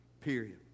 period